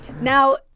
Now